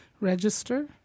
register